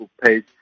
page